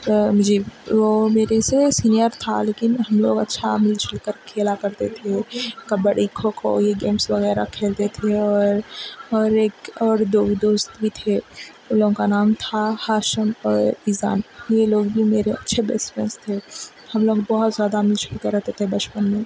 مجیب وہ میرے سے سینئر تھا لیکن ہم لوگ اچھا مل جل کر کھیلا کرتے تھے کبڈی کھوکھو یہ گیمس وغیرہ کھیلتے تھے اور اور ایک اور دو دوست بھی تھے ان لوگوں کا نام تھا ہاشم اور یہ لوگ بھی میرے اچھے بیسٹ فرینڈس تھے ہم لوگ بہت زیادہ مل جل کے رہتے تھے بچپن میں